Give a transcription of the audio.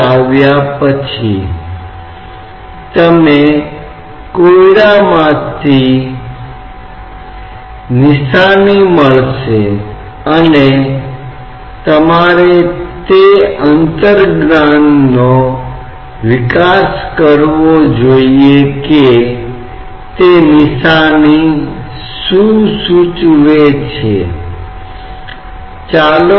यदि आपके पास एक वक्र सतह है तो हम देखेंगे कि तकनीक भिन्न हो सकती है लेकिन मोटे तौर पर हम एक समतल सतह पर दबाव वितरण की कुछ अवधारणाओं का उपयोग कर सकते हैं यहां तक कि वक्र सतह पर बल की गणना करने के लिए भी